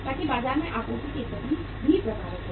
ताकि बाजार में आपूर्ति की स्थिति भी प्रभावित हो